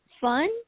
fun